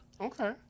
Okay